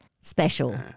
Special